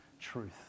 truth